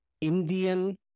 Indian